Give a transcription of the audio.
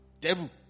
devil